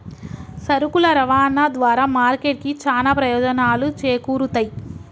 సరుకుల రవాణా ద్వారా మార్కెట్ కి చానా ప్రయోజనాలు చేకూరుతయ్